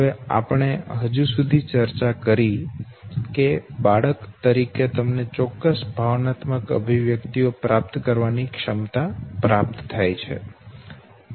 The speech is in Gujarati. હવે આપણે હજી સુધીચર્ચા કરી કે બાળક તરીકે તમને ચોક્કસ ભાવનાત્મક અભિવ્યક્તિઓ પ્રાપ્ત કરવાની ક્ષમતા પ્રાપ્ત થાય છે